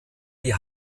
die